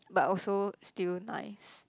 but also still nice